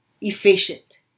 efficient